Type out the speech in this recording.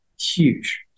huge